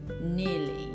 nearly